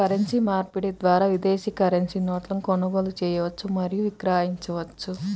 currency మార్పిడి ద్వారా విదేశీ కరెన్సీ నోట్లను కొనుగోలు చేయవచ్చు మరియు విక్రయించవచ్చు